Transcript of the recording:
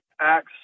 acts